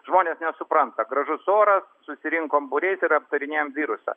žmonės nesupranta gražus oras susirinkom būriais ir aptarinėjam virusą